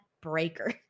Breaker